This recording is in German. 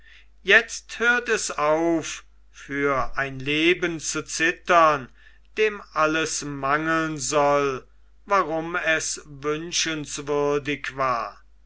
jetzt hört es auf für ein leben zu zittern dem alles mangeln soll warum es wünschenswürdig war